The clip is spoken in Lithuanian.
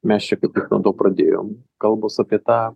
mes čia kaip tik nuo to pradėjom kalbos apie tą